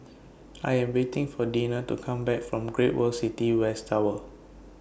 I Am waiting For Deena to Come Back from Great World City West Tower